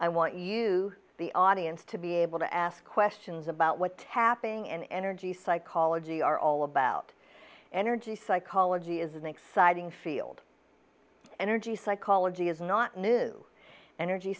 i want you the audience to be able to ask questions about what tapping an energy psychology are all about energy psychology is an exciting field energy psychology is not new energy